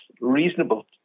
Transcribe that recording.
reasonable